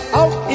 out